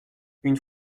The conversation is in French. une